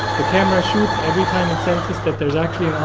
the camera shoots every time it senses that there is actually